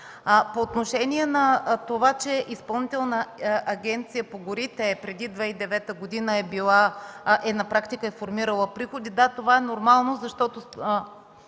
По отношение на това, че Изпълнителната агенция по горите преди 2009 г. е формирала приходи – да, това е нормално, защото